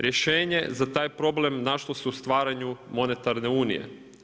Rješenje za taj problem našla se u stvaranju monetarne unije.